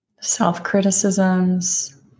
Self-criticisms